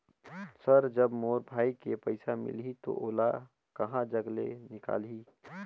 Sir जब मोर भाई के पइसा मिलही तो ओला कहा जग ले निकालिही?